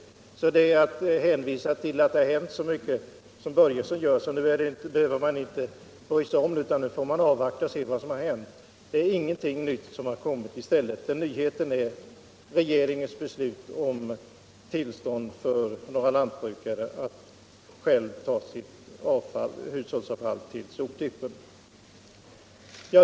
Herr Börjesson i Falköping hänvisar till att så mycket har hänt och att man nu får avvakta. Men ingenting nytt har tillkommit. Den enda nyheten är regeringens beslut om tillstånd för några lantbrukare att själva transportera sitt hushållsavfall till soptippen.